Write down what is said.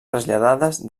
traslladades